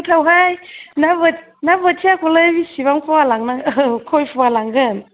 गोथावहाय ना बोथियाखौलाय बिसिबां पवा लांनांगौ औ खय पवा लांगोन